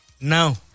Now